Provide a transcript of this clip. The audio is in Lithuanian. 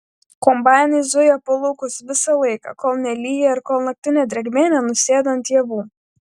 kombainai zuja po laukus visą laiką kol nelyja ir kol naktinė drėgmė nenusėda ant javų